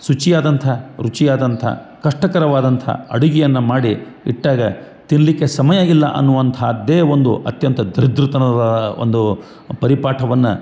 ಶುಚಿಯಾದಂಥ ರುಚಿಯಾದಂಥ ಕಷ್ಟಕರವಾದಂಥ ಅಡುಗೆಯನ್ನು ಮಾಡಿ ಇಟ್ಟಾಗ ತಿನ್ನಲ್ಲಿಕ್ಕೆ ಸಮಯ ಇಲ್ಲ ಅನ್ನುವಂಥದ್ದೆ ಒಂದು ಅತ್ಯಂತ ದರಿದ್ರತನದ ಒಂದು ಪರಿಪಾಟನ್ನು